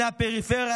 בני הפריפריה,